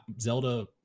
Zelda